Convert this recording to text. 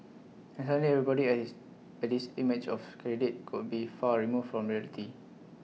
and suddenly everybody IT has has this image of candidate could be far removed from reality